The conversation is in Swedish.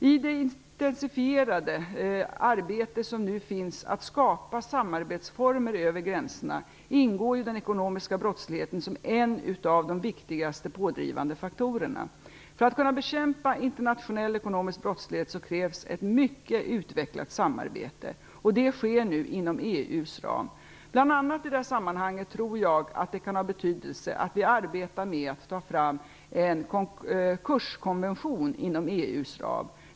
I det intensifierade arbetet med att skapa samarbetsformer över gränserna ingår den ekonomiska brottsligheten som en av de viktigaste pådrivande faktorerna. För att kunna bekämpa internationell ekonomisk brottslighet krävs ett mycket utvecklat samarbete, och det sker nu inom EU:s ram. I detta sammanhang tror jag att det bl.a. kan ha betydelse att vi arbetar med att ta fram en konkurskonvention inom EU:s ram.